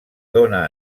dóna